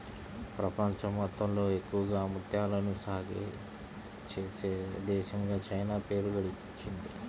ప్రపంచం మొత్తంలో ఎక్కువగా ముత్యాలను సాగే చేసే దేశంగా చైనా పేరు గడించింది